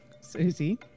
Susie